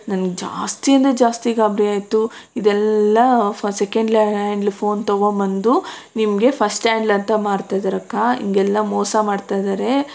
ನನಗೆ ಜಾಸ್ತಿ ಅಂದರೆ ಜಾಸ್ತಿ ಗಾಬರಿಯಾಯ್ತು ಇದೆಲ್ಲ ಸೆಕೆಂಡ್ಲ್ ಹ್ಯಾಂಡ್ಲ್ ಫೋನ್ ತಗೊಂಡ್ಬಂದು ನಿಮಗೆ ಫರ್ಸ್ಟ್ ಹ್ಯಾಂಡ್ಲ್ ಅಂತ ಮಾರ್ತಾಯಿದ್ದಾರಕ್ಕ ಹಿಂಗೆಲ್ಲ ಮೋಸ ಮಾಡ್ತಾಯಿದ್ದಾರೆ